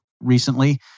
recently